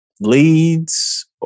leads